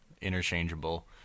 interchangeable